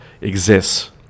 exists